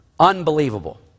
Unbelievable